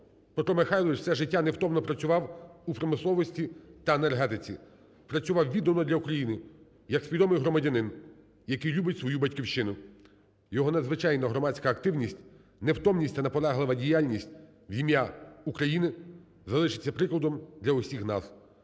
Петро Михайлович все життя невтомно працював у промисловості та енергетиці. Працював віддано для України як свідомий громадянин, який любить свою Батьківщину. Його надзвичайна громадська активність, невтомність та наполеглива діяльність в ім'я України залишиться прикладом для усіх нас.